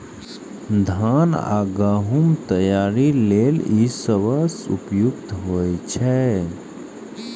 धान आ गहूम तैयारी लेल ई सबसं उपयुक्त होइ छै